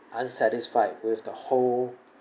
unsatisfied with the whole